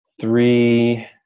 three